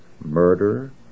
murder